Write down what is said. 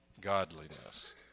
godliness